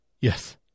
Yes